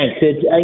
thanks